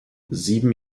sieben